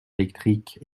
électrique